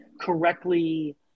correctly